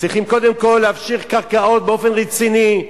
צריכים קודם כול להפשיר קרקעות באופן רציני,